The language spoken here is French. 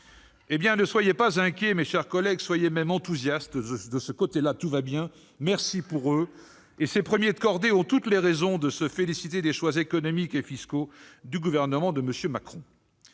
2019 ? Ne soyez pas inquiets, mes chers collègues, soyez même enthousiastes, car de ce côté-là tout va bien, merci pour eux ! Ces « premiers de cordée » ont toutes les raisons de se féliciter des choix économiques et fiscaux du gouvernement de M. Macron.